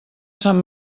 sant